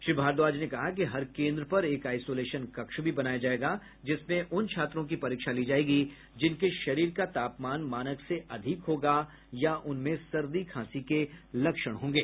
श्री भारद्वाज ने कहा कि हर केन्द्र पर एक आइसोलेशन कक्ष भी बनाया जायेगा जिसमें उन छात्रों की परीक्षा ली जायेगी जिनके शरीर का तापमान मानक से अधिक होगा या उनमें सर्दी खांसी के लक्षण होंगे